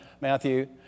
Matthew